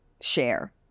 share